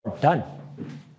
done